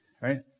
Right